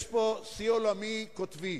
יש פה שיא עולמי קוטבי,